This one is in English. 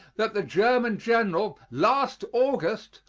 that the german general, last august,